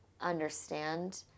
understand